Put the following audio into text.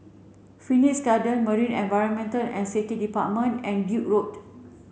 Phoenix Garden Marine Environment and Safety Department and Duke Road